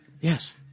Yes